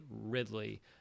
ridley